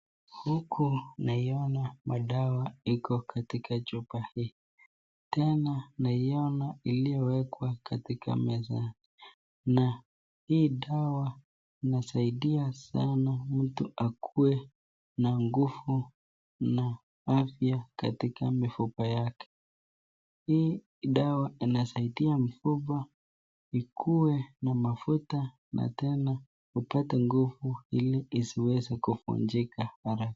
Huku naiona madawa iko katika chupa hii tena naiona iliyowekwa katika meza na hii dawa inasaidia sana mtu akuwe na nguvu na afya katika mifupa yake, hii dawa inasaidia mifupa ikuwe na mafuta na tena ipate nguvu ili isiweze kuvunjika haraka.